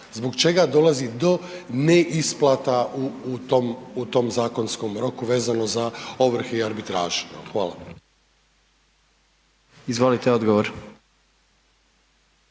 zbog čega dolazi do neisplata u tom zakonsku roku vezano za ovrhe i arbitražu? Hvala. **Jandroković,